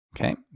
Okay